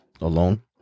alone